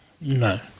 No